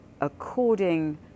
according